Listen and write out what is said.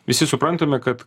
visi suprantame kad